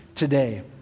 today